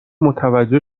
متوجه